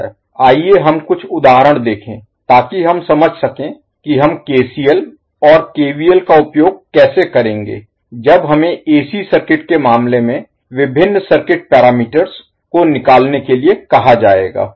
आइए हम कुछ उदाहरण देखें ताकि हम समझ सकें कि हम केसीएल और केवीएल का उपयोग कैसे करेंगे जब हमें एसी सर्किट के मामले में विभिन्न सर्किट पैरामीटर्स मापदंडों Parameters को निकालने के लिए कहा जाएगा